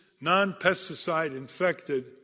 non-pesticide-infected